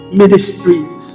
ministries